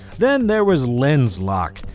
then there was lenslok,